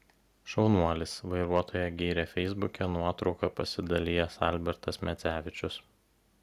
šaunuolis vairuotoją gyrė feisbuke nuotrauka pasidalijęs albertas medzevičius